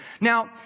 Now